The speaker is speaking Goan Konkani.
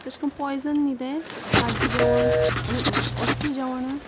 तशें कन्न पॉयजन न्ही तें कालचे जेवण आनी असले जेवण